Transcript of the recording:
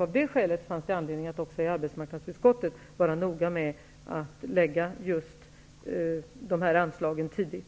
Av det skälet fanns det anledning att också i arbetsmarknadsutskottet vara noga med att behandla just dessa anslag tidigt.